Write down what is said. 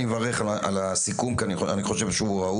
אני מברך על הסיכום כי אני חושב שהוא ראוי,